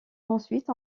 ensuite